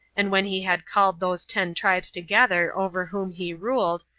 and when he had called those ten tribes together over whom he ruled,